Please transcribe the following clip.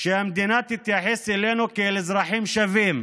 שהמדינה תתייחס אלינו כאל אזרחים שווים,